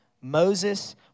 Moses